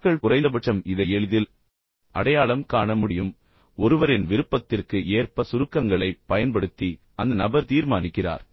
மக்கள் குறைந்தபட்சம் இதை எளிதில் அடையாளம் காண முடியும் ஆனால் ஒருவரின் விருப்பத்திற்கும் ஆடம்பரத்திற்கும் ஏற்ப சுருக்கங்களைப் பயன்படுத்தி அந்த நபர் தீர்மானிக்கிறார்